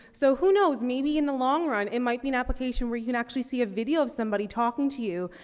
so who knows, maybe in the long run, it might be an application where you can actually see a video of somebody talking to you.